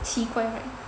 奇怪 right